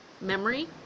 memory